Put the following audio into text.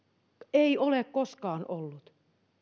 ei ole koskaan ollut